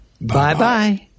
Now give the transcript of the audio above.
Bye-bye